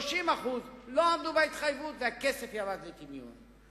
30% לא עמדו בהתחייבות והכסף ירד לטמיון.